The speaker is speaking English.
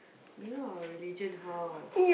you know our religion how